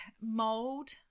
mold